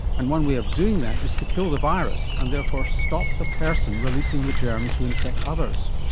and one way of doing that is to kill the virus and therefore stop the person releasing the germ to infect others.